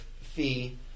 fee